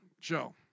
Joe